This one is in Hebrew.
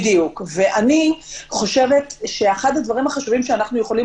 אני חושבת שאחד הדברים החשובים שאנחנו יכולים